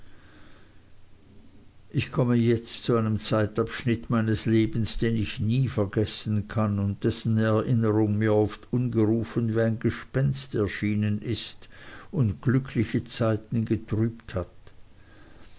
ich komme jetzt zu einem zeitabschnitt meines lebens den ich nie vergessen kann und dessen erinnerung mir oft ungerufen wie ein gespenst erschienen ist und glücklichere zeiten getrübt hat